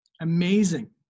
Amazing